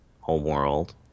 homeworld